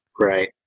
Right